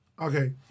Okay